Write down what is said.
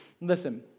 Listen